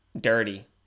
dirty